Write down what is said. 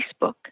Facebook